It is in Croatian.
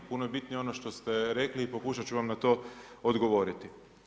Puno je bitnije ono što ste rekli i pokušat ću vam na to odgovoriti.